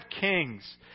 kings